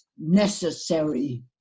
necessary